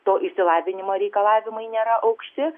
to išsilavinimo reikalavimai nėra aukšti